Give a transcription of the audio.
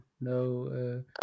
no